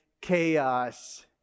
chaos